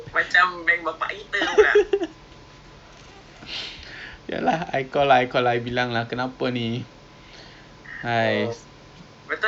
they are pushing it like especially in like the middle eastern countries so it's quite good but but unfortunately I feel like singapore macam not progressive yet in term of islamic finance